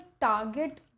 target